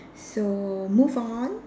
so move on